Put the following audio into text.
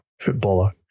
footballer